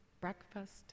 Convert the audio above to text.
breakfast